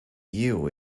you